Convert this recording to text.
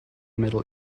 middle